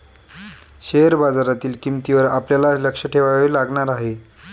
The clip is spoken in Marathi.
शेअर बाजारातील किंमतींवर आपल्याला लक्ष ठेवावे लागणार आहे